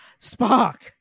spock